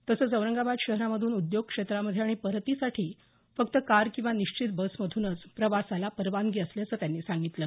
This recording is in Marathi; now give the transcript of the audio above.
तसंच औरंगाबाद शहरामधून उद्योग क्षेत्रामध्ये आणि परतीसाठी फक्त कार किंवा निश्चित बसमधूनच प्रवासाला परवानगी असल्याचं त्यांनी सांगितलं